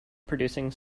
producing